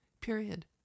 period